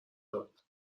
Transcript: داد